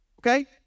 Okay